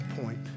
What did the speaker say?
point